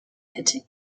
hitting